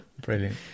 Brilliant